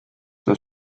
das